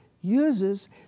uses